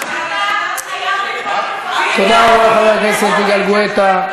אתה חייב, תודה רבה לחבר הכנסת יגאל גואטה.